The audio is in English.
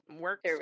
work